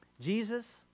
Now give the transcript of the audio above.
Jesus